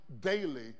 daily